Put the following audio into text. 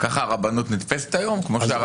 ככה הרבנות נתפסת היום, כמו שהרב קוק רצה?